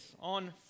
on